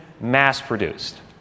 mass-produced